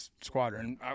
squadron